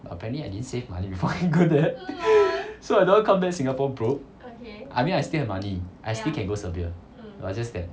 apparently I didn't save money before I go there so I don't want come back singapore broke I mean I still have money I still can go serbia but it's just that